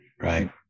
right